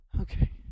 Okay